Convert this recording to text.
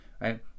right